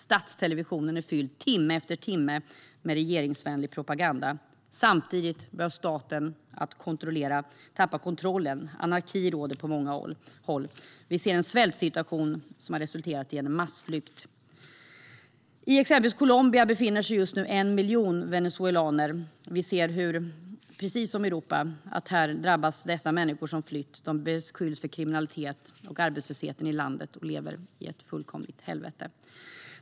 Statstelevisionen fylls timme efter timme med regeringsvänlig propaganda. Samtidigt börjar staten tappa kontrollen. Anarki råder på många håll. Vi ser en svältsituation som har resulterat i massflykt. I exempelvis Colombia befinner sig just 1 miljon venezuelaner. Vi ser, precis som i Europa, hur människor som flytt drabbas och beskylls för kriminalitet och arbetslöshet i landet. De lever i ett fullkomligt helvete.